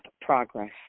progress